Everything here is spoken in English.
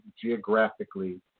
geographically